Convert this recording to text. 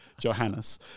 Johannes